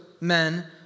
men